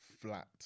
flat